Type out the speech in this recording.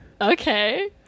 okay